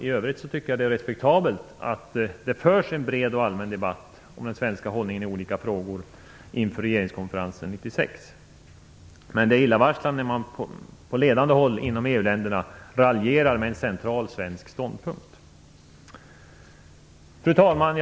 I övrigt tycker jag att det är respektabelt att det förs en bred och allmän debatt om den svenska hållningen i olika frågor inför regeringskonferensen 1996, men det är illavarslande när man på ledande håll inom EU-länderna raljerar med en central svensk ståndpunkt. Fru talman!